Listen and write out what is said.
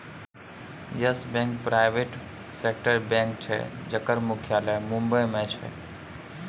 yes Bank private सेक्टरक bank छै जकर मुख्यालय बंबई मे छै